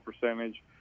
percentage